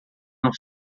não